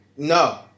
No